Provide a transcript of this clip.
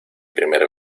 primer